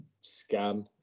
scan